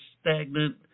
stagnant